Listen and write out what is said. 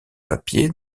papier